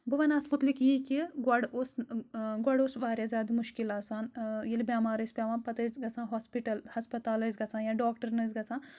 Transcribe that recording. بہٕ وَنہٕ اَتھ مُتعلِق یی کہِ گۄڈٕ اوس گۄڈ اوس واریاہ زیاد مُشکِل آسان ییٚلہِ بؠمار ٲسۍ پؠوان پَتہٕ ٲسۍ گَژھان ہاسپِٹل ہَسپَتال ٲسۍ گَژھان یا ڈاکٹَرٛن ٲسۍ گَژھان